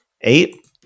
Eight